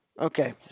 Okay